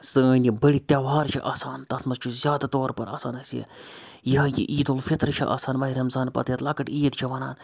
سٲنۍ یِم بٔڑۍ تہوار چھِ آسان تَتھ منٛز چھُ زیادٕ طور پَر آسان اَسہِ یہِ یِہوٚے یہِ عید الفطرٕ چھِ آسان ماہِ رمضان پَتہٕ یَتھ لۄکٕٹ عید چھِ وَنان